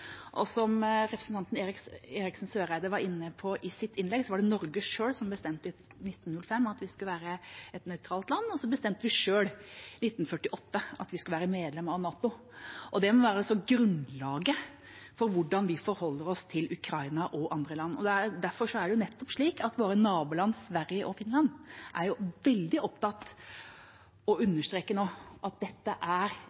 Og som representanten Eriksen Søreide var inne på i sitt innlegg, var det Norge selv som bestemte i 1905 at vi skulle være et nøytralt land, og vi bestemte selv i 1948 at vi skulle være medlem av NATO. Det må være grunnlaget for hvordan vi forholder oss til Ukraina og andre land. Derfor er nettopp våre naboland Sverige og Finland veldig opptatt av å understreke nå at dette er